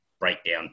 Breakdown